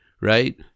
right